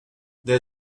there